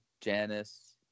Janice